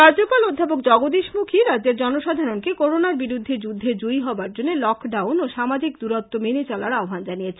রাজ্যপাল অধ্যাপক জগদীশ মুখী রাজ্যের জনসাধারনদের করোনার বিরুদ্ধে যুদ্ধে জয়ী হবার জন্য লকডাউন ও সামজিক দূরত্ব মেনে চলার আহ্বান জানিয়েছেন